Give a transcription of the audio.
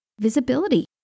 Visibility